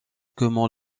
comment